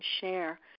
share